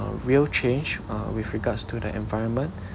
uh real change uh with regards to the environment